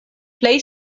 plej